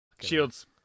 Shields